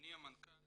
אדוני המנכ"ל